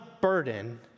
burden